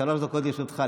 שלוש דקות לרשותך.